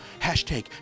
Hashtag